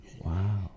Wow